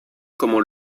comment